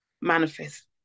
manifest